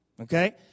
Okay